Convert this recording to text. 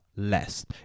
less